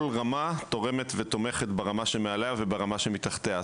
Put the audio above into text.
רמה תורמת ותומכת ברמה שמעליה וברמה שמתחתיה.